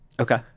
Okay